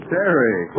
Terry